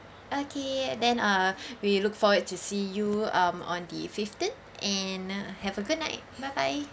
okay then uh we look forward to see you um on the fifteen and have a good night bye bye